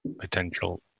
potential